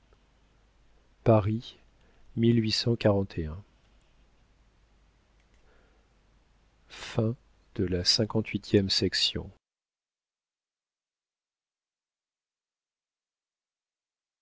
de la vie